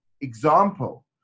example